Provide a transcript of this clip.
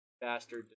bastard